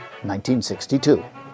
1962